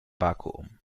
vakuum